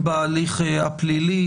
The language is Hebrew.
בהליך הפלילי,